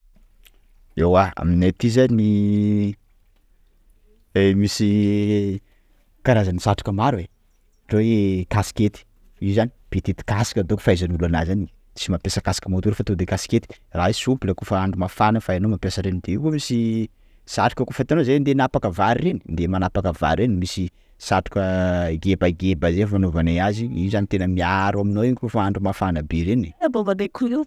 Ewa aminay aty zany misy karazana satroka maro e! _x000D_ Ohatra hoe kasikety; io zany petite casque donc fahaizan'olo anazy zany! _x000D_ Tsy mapiasa caque moto fa to de kaskety; raha io souple kôfa andro mafana efa hainao mampiasa reny; de eo koa misy satroka kôfa hitanao zahay refa andeha manapaka vary reny? _x000D_ Andeha manapaka vary reny misy satroka gebageba zay fanovanay azy! _x000D_ Io zany tena miaro aminao io kôfa andro mafana be reny e!